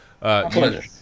Pleasure